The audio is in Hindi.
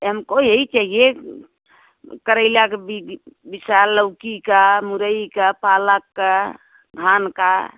हमको यही चाहिए करेला के विशाल लौकी का मुरई का पालक का धान का